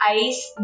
ice